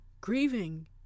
Grieving